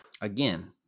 Again